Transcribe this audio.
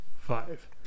five